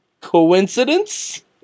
Coincidence